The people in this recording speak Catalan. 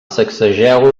sacsegeu